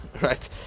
right